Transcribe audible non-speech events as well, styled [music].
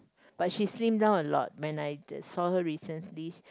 but she slim down a lot when I [noise] saw her recently